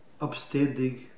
upstanding